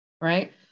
right